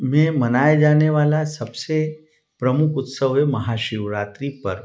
में मनाया जाने वाला सबसे प्रमुख उत्सव है महाशिवरात्रि पर्व